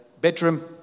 bedroom